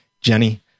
Jenny